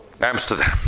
Amsterdam